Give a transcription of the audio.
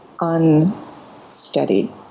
unsteady